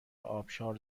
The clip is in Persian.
آبشار